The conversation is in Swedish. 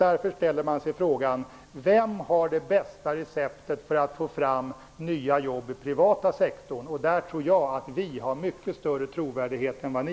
Därför ställer man sig frågan: Vem har det bästa receptet för att få fram nya jobb i den privata sektorn? Där tror jag att vi har mycket större trovärdighet än ni.